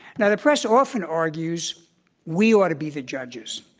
now, the press often argues we ought to be the judges.